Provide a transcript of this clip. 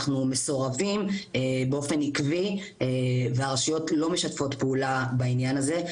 אנחנו מסורבים באופן עקבי והרשויות לא משתפות פעולה בעניין הזה,